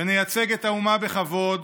עד שלא תפסיקו לדרוס אותנו בוועדות,